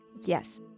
Yes